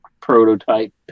prototype